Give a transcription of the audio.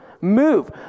Move